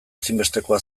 ezinbestekoa